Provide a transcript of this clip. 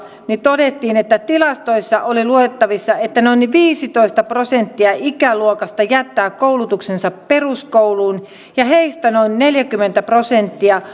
todettiin että tilastoista oli luettavissa että noin viisitoista prosenttia ikäluokasta jättää koulutuksensa peruskouluun ja heistä noin neljäkymmentä prosenttia